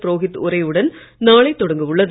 புரோகித் உரையுடன் நாளை தொடங்கவுள்ளது